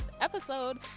episode